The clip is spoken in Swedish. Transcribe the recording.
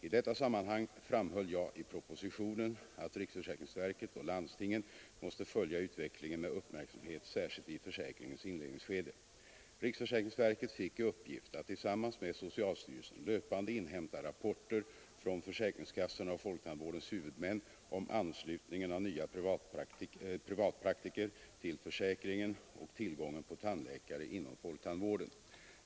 I detta sammanhang framhöll jag i propositionen att riksförsäkringsverket och landstingen måste följa utvecklingen med uppmärksamhet särskilt i försäkringens inledningsskede. Riksförsäkringsverket fick i uppgift att tillsammans med socialstyrelsen löpande inhämta rapporter från försäkringskassorna och folktandvårdens huvudmän om anslutningen av nya privatpraktiker till försäkringen och tillgången på tandläkare inom folktandvården.